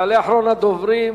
יעלה אחרון הדוברים,